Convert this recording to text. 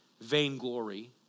vainglory